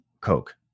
coke